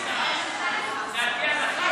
זה על-פי ההלכה,